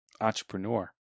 Entrepreneur